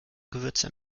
gewürze